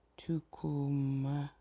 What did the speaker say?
tukuma